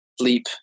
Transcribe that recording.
sleep